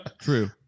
True